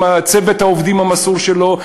עם צוות העובדים המסור שלו.